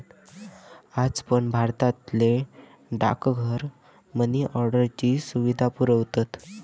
आज पण भारतातले डाकघर मनी ऑर्डरची सुविधा पुरवतत